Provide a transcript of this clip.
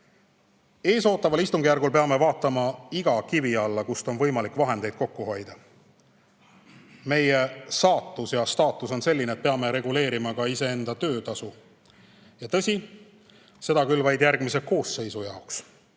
Eesootaval istungjärgul peame vaatama iga kivi alla, kust on võimalik vahendeid kokku hoida. Meie saatus ja staatus on selline, et peame reguleerima ka iseenda töötasu. Tõsi, seda küll vaid järgmise koosseisu jaoks.